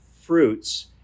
fruits